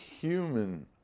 human